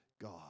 God